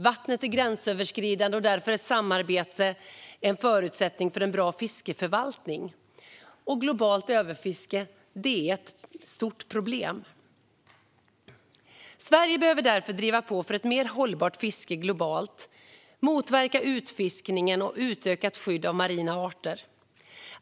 Vattnet är gränsöverskridande och därför är samarbete en förutsättning för en bra fiskeförvaltning. Globalt överfiske är ett stort problem. Sverige behöver därför driva på för ett mer hållbart fiske globalt, motverka utfiskning och införa ett utökat skydd av marina arter.